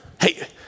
Hey